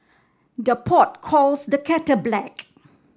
the pot calls the kettle black